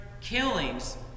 killings